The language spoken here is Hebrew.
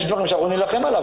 יש דברים שאנחנו נילחם עליהם,